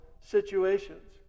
situations